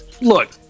Look